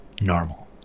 Normal